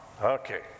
Okay